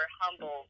humbled